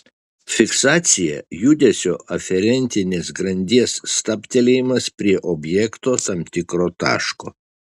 fiksacija judesio aferentinės grandies stabtelėjimas prie objekto tam tikro taško